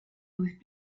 with